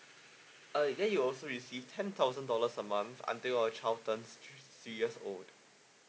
uh then you'll also receive ten thousand dollars a month until your child turns thre~ three years old